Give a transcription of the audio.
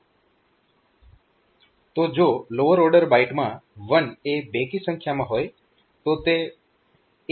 તો જો lower order બાઈટમાં 1 એ બેકી સંખ્યામાં હોય તો તે 1 પર સેટ કરવામાં આવે છે